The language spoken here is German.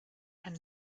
ein